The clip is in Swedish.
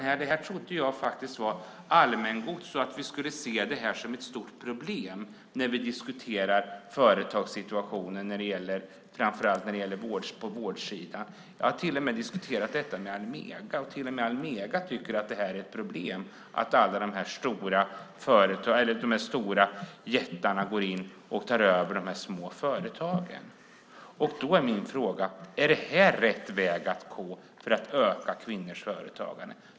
Jag trodde att det var allmängods och att vi skulle se det som ett stort problem när vi diskuterar företagssituationen på framför allt vårdsidan. Jag har till och med diskuterat detta med Almega. Till och med Almega tycker att det är ett problem att alla de stora jättarna går in och tar över de små företagen. Är det här rätt väg att gå för att öka kvinnors företagande?